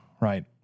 right